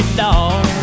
dog